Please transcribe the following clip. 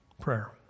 prayer